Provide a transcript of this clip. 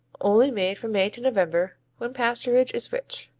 only made from may to november when pasturage is rich.